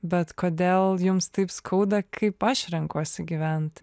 bet kodėl jums taip skauda kaip aš renkuosi gyvent